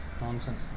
Nonsense